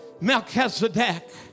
Melchizedek